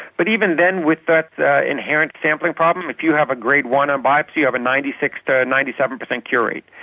but even then with that that inherent sampling problem, if you have a grade one um biopsy, you have a ninety six percent to ninety seven percent cure rate.